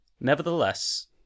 nevertheless